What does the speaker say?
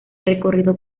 recorrido